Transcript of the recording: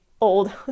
old